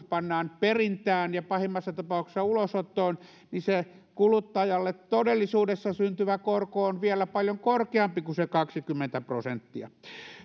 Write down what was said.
pannaan perintään ja pahimmassa tapauksessa ulosottoon niin se kuluttajalle todellisuudessa syntyvä korko on vielä paljon korkeampi kuin se kaksikymmentä prosenttia